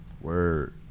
Word